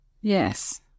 Yes